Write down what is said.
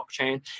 blockchain